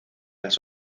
las